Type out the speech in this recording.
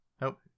Nope